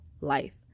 life